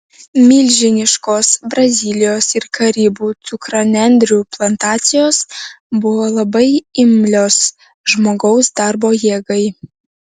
milžiniškos brazilijos ir karibų cukranendrių plantacijos buvo labai imlios žmogaus darbo jėgai